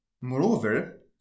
Moreover